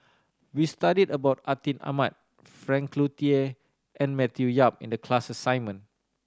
we studied about Atin Amat Frank Cloutier and Matthew Yap in the class assignment